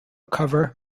cover